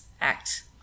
act